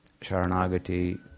Sharanagati